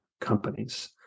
companies